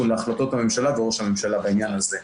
להחלטות הממשלה וראש הממשלה בעניין הזה.